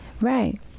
right